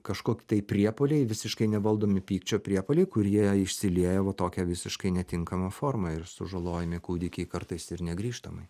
kažkoki tai priepuoliai visiškai nevaldomi pykčio priepuoliai kurie išsilieja va tokia visiškai netinkama forma ir sužalojami kūdikiai kartais ir negrįžtamai